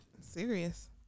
Serious